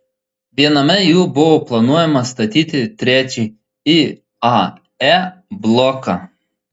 viename jų buvo planuojama statyti trečiąjį iae bloką